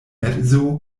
edzo